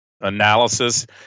analysis